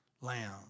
lamb